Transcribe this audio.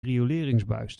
rioleringsbuis